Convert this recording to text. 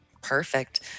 Perfect